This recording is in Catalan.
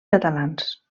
catalans